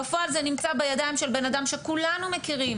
בפועל זה נמצא בידיים של בן אדם שכולנו מכירים